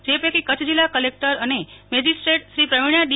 જે પૈકી કચ્છ જિલ્લા કલેકટર અને મેજીસ્ટ્રેટશ્રી પ્રવીણા ડી